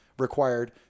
Required